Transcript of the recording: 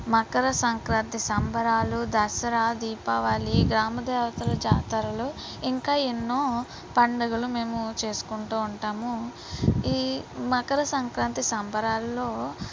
మకర సంక్రాంతి సంబరాలు దసరా దీపావళి గ్రామ దేవతలు జాతరలు ఇంకా ఎన్నో పండగలు మేము చేసుకుంటూ ఉంటాము ఈ మకర సంక్రాంతి సంబరాల్లో